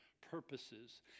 purposes